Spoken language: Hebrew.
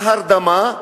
ההרדמה,